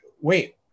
wait